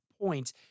points